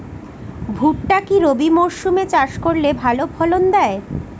ভুট্টা কি রবি মরসুম এ চাষ করলে ভালো ফলন দেয়?